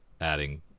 adding